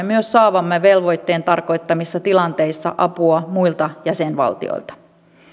myös saavamme velvoitteen tarkoittamissa tilanteissa apua muilta jäsenvaltioilta